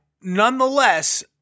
nonetheless